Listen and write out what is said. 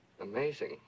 Amazing